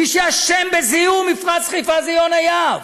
מי שאשם בזיהום מפרץ חיפה זה יונה יהב.